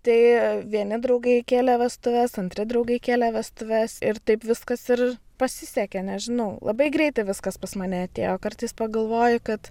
tai vieni draugai kėlė vestuves antri draugai kėlė vestuves ir taip viskas ir pasisekė nežinau labai greitai viskas pas mane atėjo kartais pagalvoju kad